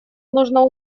нужно